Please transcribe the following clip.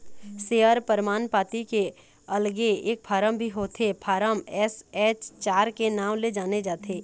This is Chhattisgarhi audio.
सेयर परमान पाती के अलगे एक फारम भी होथे फारम एस.एच चार के नांव ले जाने जाथे